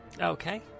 Okay